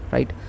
Right